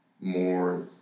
more